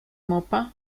mopa